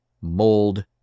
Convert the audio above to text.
mold